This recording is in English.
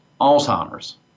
Alzheimer's